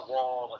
Wall